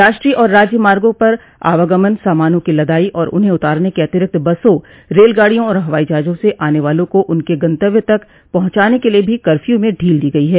राष्ट्रीय और राज्य राजमार्गों पर आवागमन सामानों की लदाई और उन्हें उतारने के अतिरिक्त बसों रेलगाड़ियों और हवाई जहाजों से आने वालों को उनके गंतव्य तक पहचाने के लिए भी कर्फ्यू में ढील दी गई है